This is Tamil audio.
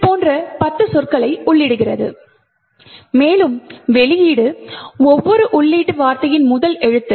இது போன்ற பத்து சொற்களை உள்ளிடுகிறது மேலும் வெளியீடு ஒவ்வொரு உள்ளீட்டு வார்த்தையின் முதல் எழுத்து